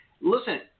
Listen